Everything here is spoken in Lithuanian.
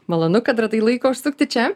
malonu kad radai laiko užsukti čia